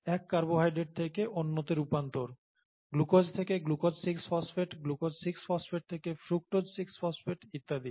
এক কার্বোহাইড্রেট থেকে অন্যতে রূপান্তর গ্লুকোজ থেকে গ্লুকোজ 6 ফসফেট গ্লুকোজ 6 ফসফেট থেকে ফ্রুক্টোজ 6 ফসফেট ইত্যাদি